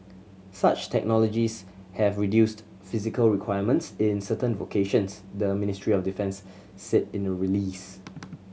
such technologies have reduced physical requirements in certain vocations the Ministry of Defence said in a release